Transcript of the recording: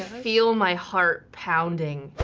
feel my heart pounding.